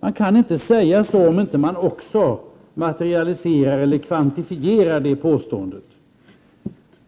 Man kan inte säga så om man inte också materialiserar eller kvantifierar det påståendet.